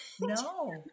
no